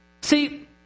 See